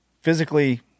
physically